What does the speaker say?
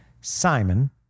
Simon